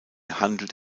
handelt